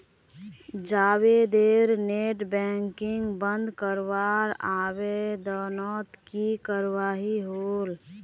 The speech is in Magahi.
जावेदेर नेट बैंकिंग बंद करवार आवेदनोत की कार्यवाही होल?